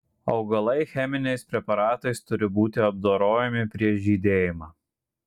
augalai cheminiais preparatais turi būti apdorojami prieš žydėjimą